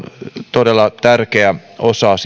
todella tärkeä osa sitä